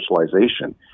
socialization